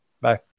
Bye